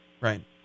Right